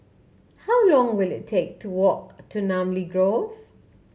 how long will it take to walk to Namly Grove